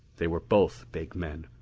they were both big men.